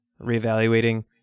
reevaluating